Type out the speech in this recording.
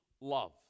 love